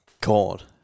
God